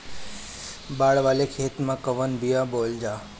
बाड़ वाले खेते मे कवन बिया बोआल जा?